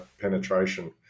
penetration